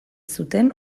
zuten